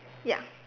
ya